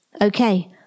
Okay